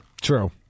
True